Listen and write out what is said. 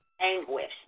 anguish